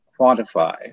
quantify